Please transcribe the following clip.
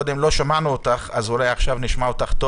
קודם לא שמענו אותך, אולי עכשיו נשמע אותך.